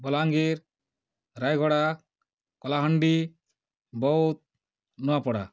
Balangir Rayagada Kalahandi Boudh Nuapada